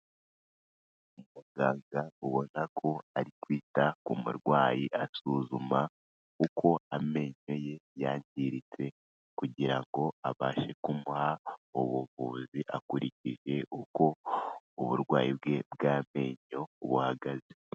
Umuganga ubona ko ari kwita ku murwayi asuzuma uko amenyo ye yangiritse kugira ngo abashe kumuha ubuvuzi akurikije uko uburwayi bwe bw'amenyo buhagaze.